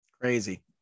Crazy